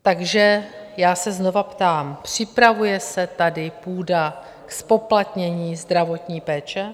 Takže já se znova ptám připravuje se tady půda ke zpoplatnění zdravotní péče?